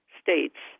states